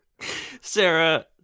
Sarah